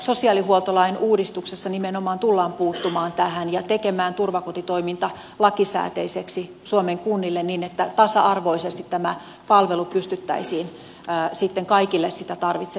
sosiaalihuoltolain uudistuksessa nimenomaan tullaan puuttumaan tähän ja tekemään turvakotitoiminta lakisääteiseksi suomen kunnille niin että tasa arvoisesti tämä palvelu pystyttäisiin sitten kaikille sitä tarvitse